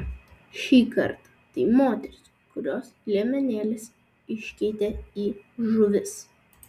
šįkart tai moterys kurios liemenėles iškeitė į žuvis